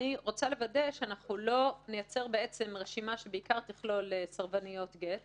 אני רוצה לוודא שאנחנו לא נייצר רשימה שתכלול בעיקר סרבניות גט